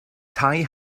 tai